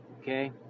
Okay